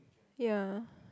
ya